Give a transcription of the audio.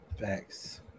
Thanks